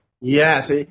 Yes